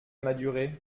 madurai